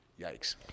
Yikes